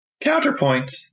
Counterpoint